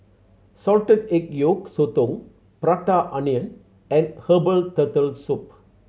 salted egg yolk sotong Prata Onion and herbal Turtle Soup